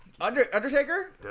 Undertaker